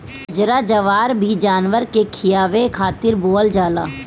बजरा, जवार भी जानवर के खियावे खातिर बोअल जाला